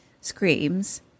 screams